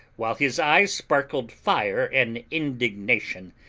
while his eyes sparkled fire and indignation,